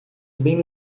bem